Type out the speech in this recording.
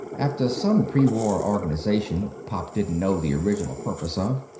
after some pre-war organization pop didn't know the original purpose of.